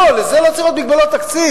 לא, לזה לא צריכות להיות מגבלות תקציב.